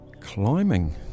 Climbing